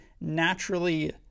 naturally